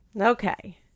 Okay